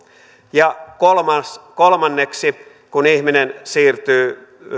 ja kolmanneksi kun ihminen siirtyy